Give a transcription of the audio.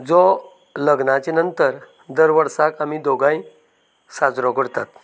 जो लग्नाचे नंतर दर वर्साक आमी दोगांय साजरो करतात